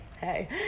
hey